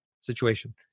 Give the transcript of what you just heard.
situation